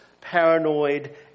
paranoid